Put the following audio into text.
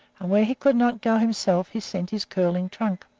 and where he could not go himself he sent his curling trunk.